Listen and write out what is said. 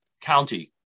county